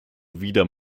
wieder